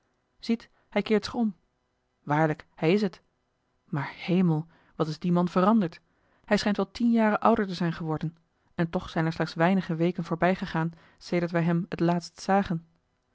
ziet hij keert zich om waarlijk hij is het maar hemel wat is die man veranderd hij schijnt wel tien jaren ouder te zijn geworden en toch zijn er slechts weinige weken voorbijgegaan sedert wij hem het laatst zagen